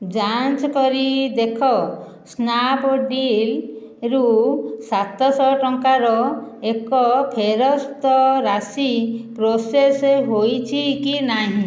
ଯାଞ୍ଚ କରି ଦେଖ ସ୍ନାପ୍ଡୀଲ୍ରୁ ସାତ ଶହ ଟଙ୍କାର ଏକ ଫେରସ୍ତ ରାଶି ପ୍ରୋସେସ ହୋଇଛି କି ନାହିଁ